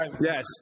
Yes